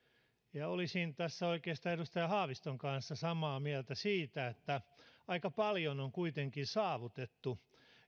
ja olisin tässä oikeastaan edustaja haaviston kanssa samaa mieltä siitä että aika paljon on kuitenkin saavutettu